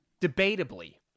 Debatably